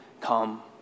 come